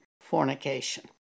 fornication